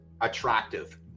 attractive